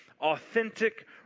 authentic